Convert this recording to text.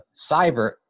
cyber